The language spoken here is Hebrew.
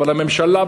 אבל הממשלה,